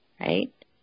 Right